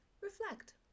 reflect